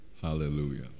Hallelujah